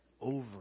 over